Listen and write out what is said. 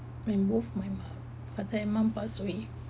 when both my father and mum passed away